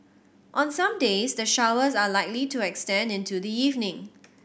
on some days the showers are likely to extend into the evening